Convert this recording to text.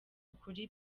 ukuri